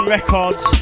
records